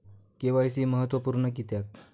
KYC महत्त्वपुर्ण किद्याक?